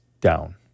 down